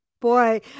Boy